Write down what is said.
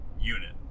unit